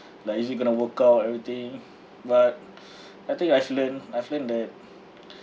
like is it going to work out everything but I think I've learnt I've learnt that